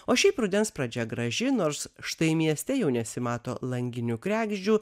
o šiaip rudens pradžia graži nors štai mieste jau nesimato langinių kregždžių